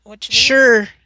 Sure